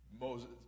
Moses